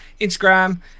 Instagram